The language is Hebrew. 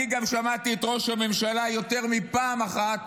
אני גם שמעתי את ראש הממשלה יותר מפעם אחת